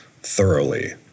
thoroughly